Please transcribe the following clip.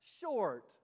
short